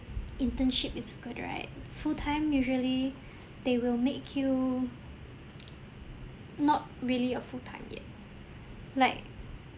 internship is good right full time usually they will make you not really a full time yet